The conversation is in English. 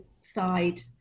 side